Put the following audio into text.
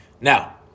Now